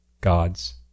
gods